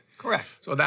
Correct